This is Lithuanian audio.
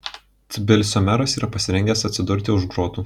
tbilisio meras yra pasirengęs atsidurti už grotų